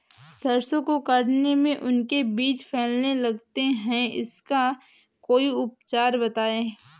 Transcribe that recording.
सरसो को काटने में उनके बीज फैलने लगते हैं इसका कोई उपचार बताएं?